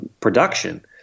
production